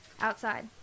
Outside